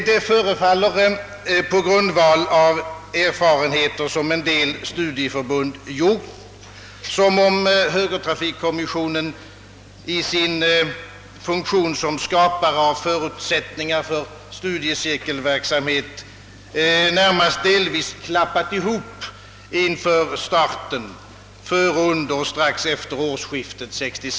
Det förefaller — på grundval av erfarenheter som en del studieförbund gjort — närmast som om högertrafik kommissionen i sin funktion som skapare av förutsättningar för studiecirkelverksamhet delvis hade klappat ihop inför starten före, under och strax efter årsskiftet 1966/67.